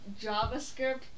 JavaScript